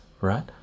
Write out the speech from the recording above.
right